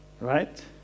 Right